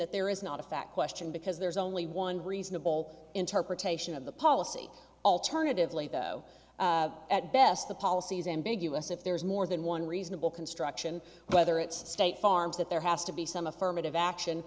that there is not a fact question because there is only one reasonable interpretation of the policy alternatively though at best the policy is ambiguous if there is more than one reasonable construction whether it's state farm's that there has to be some affirmative action